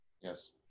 Yes